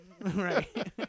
right